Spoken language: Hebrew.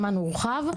הזמן הורחב.